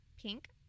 pink